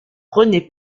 rené